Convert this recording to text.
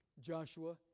Joshua